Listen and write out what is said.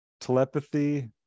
telepathy